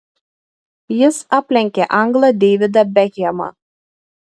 jis aplenkė anglą deividą bekhemą